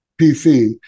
PC